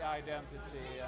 identity